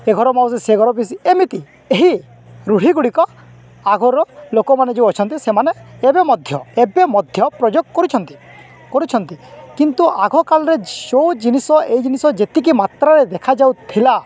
ଏ ଘର ମାଉସୀ ସେ ଘର ପିଉସୀ ଏମିତି ଏହି ରୂଢ଼ୀ ଗୁଡ଼ିକ ଆଗର ଲୋକମାନେ ଯୋଉ ଅଛନ୍ତି ସେମାନେ ଏବେ ମଧ୍ୟ ଏବେ ମଧ୍ୟ ପ୍ରୟୋଗ କରୁଛନ୍ତି କରୁଛନ୍ତି କିନ୍ତୁ ଆଗକାଳରେ ଯୋଉ ଜିନିଷ ଏଇ ଜିନିଷ ଯେତିକି ମାତ୍ରାରେ ଦେଖାଯାଉଥିଲା